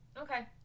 Okay